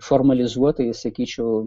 formalizuotai įsakyčiau